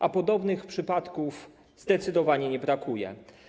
A podobnych przypadków zdecydowanie nie brakuje.